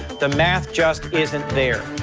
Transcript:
the math just isn't there.